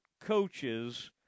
coaches